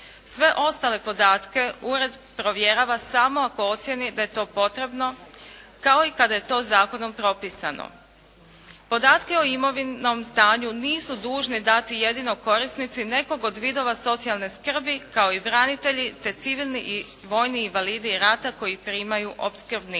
Sve ostale podatke ured provjerava samo ako ocijeni da je to potrebno, kao i kada je to zakonom propisano. Podatke o imovinskom stanju nisu dužni dati jedino korisnici nekog od vidova socijalne skrbi, kao i branitelj te civilni i vojni invalidi rata koji primaju opskrbninu.